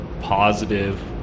positive